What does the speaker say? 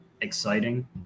exciting